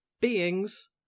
beings